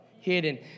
Hidden